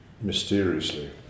mysteriously